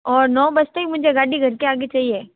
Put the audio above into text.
और नौ बजते ही मुझे गाड़ी घर के आगे चाहिए